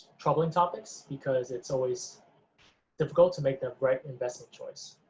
troubling topics because it's always difficult to make the right investment choice.